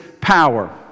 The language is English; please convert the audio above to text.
power